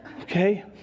Okay